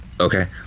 Okay